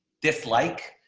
dislike.